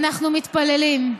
אנחנו מתפללים.